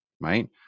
Right